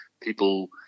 people